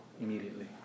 immediately